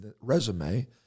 resume